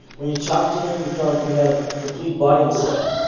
when you talk to him, you feel like you had a complete body massage